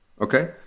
Okay